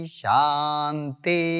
shanti